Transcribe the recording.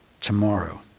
tomorrow